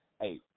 Hey